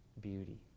beauty